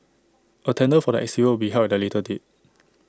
A tender for the exterior will be held at A later date